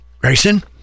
grayson